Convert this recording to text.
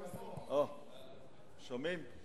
שומעים?